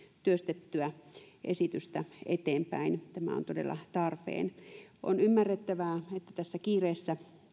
työstettyä esitystä eteenpäin tämä on todella tarpeen on ymmärrettävää että tässä kiireessä